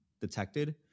detected